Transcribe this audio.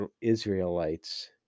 Israelites